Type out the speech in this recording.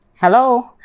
hello